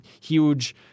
huge